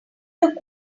look